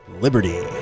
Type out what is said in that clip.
liberty